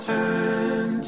turn